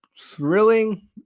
thrilling